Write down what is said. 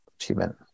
achievement